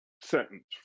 sentence